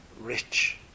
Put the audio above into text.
rich